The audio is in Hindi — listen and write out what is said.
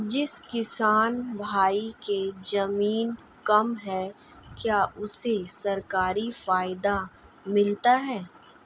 जिस किसान भाई के ज़मीन कम है क्या उसे सरकारी फायदा मिलता है?